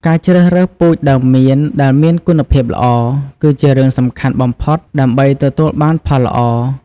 ការជ្រើសរើសពូជដើមមៀនដែលមានគុណភាពល្អ គឺជារឿងសំខាន់បំផុតដើម្បីទទួលបានផលល្អ។